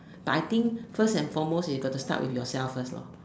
but I think first and foremost you got to start with yourself first lor